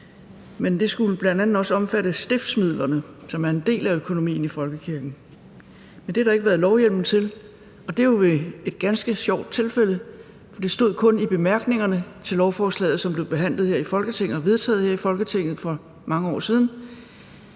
men det skulle bl.a. også omfatte stiftsmidlerne, som er en del af økonomien i folkekirken. Men det har der ikke været lovhjemmel til, og det er jo et ganske sjovt tilfælde. For det stod kun i bemærkningerne til lovforslaget, som blev behandlet og vedtaget her i Folketinget for mange år siden,